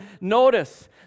notice